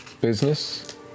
Business